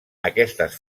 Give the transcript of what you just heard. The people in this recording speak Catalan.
aquestes